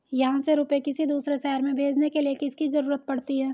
यहाँ से रुपये किसी दूसरे शहर में भेजने के लिए किसकी जरूरत पड़ती है?